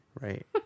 right